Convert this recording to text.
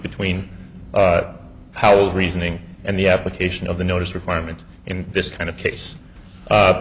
between how the reasoning and the application of the notice requirement in this kind of case